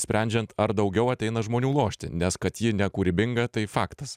sprendžiant ar daugiau ateina žmonių lošti nes kad ji nekūrybinga tai faktas